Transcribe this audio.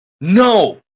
No